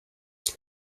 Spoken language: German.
der